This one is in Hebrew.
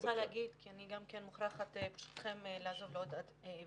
אני רוצה להגיד כי אני גם מוכרחה ברשותכם לעזוב לעוד ועדה.